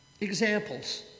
Examples